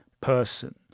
person